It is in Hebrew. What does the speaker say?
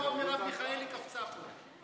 כבר מרב מיכאלי קפצה פה.